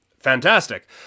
Fantastic